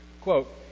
Quote